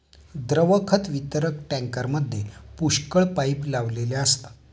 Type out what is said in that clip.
द्रव खत वितरक टँकरमध्ये पुष्कळ पाइप लावलेले असतात